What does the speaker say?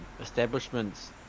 establishments